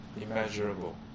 Immeasurable